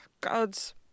gods